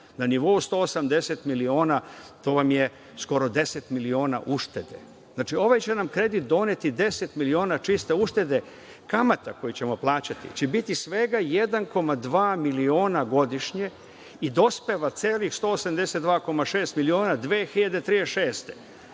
na nivou 180 miliona to vam je skoro 10 miliona uštede. Znači, ovaj će nam kredit doneti 10 miliona čiste uštede. Kamata koju ćemo plaćati će biti svega 1,2 miliona godišnje i dospeva celih 182,6 miliona 2036.